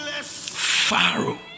Pharaoh